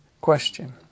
question